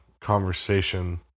conversation